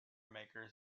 makers